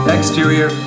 Exterior